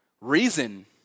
Reason